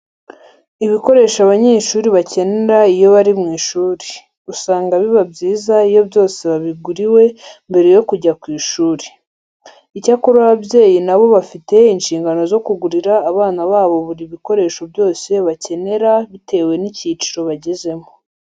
Ibikoresho abanyeshuri bakenera iyo bari mu Ishuri, usanga biba byiza iyo byose babiguriwe mbere yo kujya ku ishuri. Icyakora ababyeyi na bo bafite inshingano zo kugurira abana babo buri bikoresho byose bakenera bitewe n'icyiciro bagezemo.